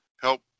help